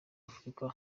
afurika